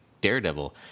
Daredevil